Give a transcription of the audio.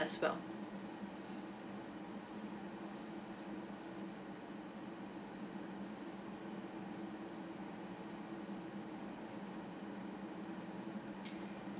as well